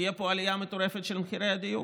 תהיה פה עלייה מטורפת של מחירי הדיור.